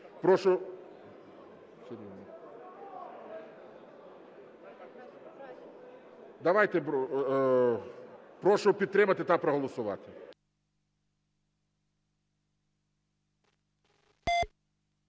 Прошу підтримати та проголосувати.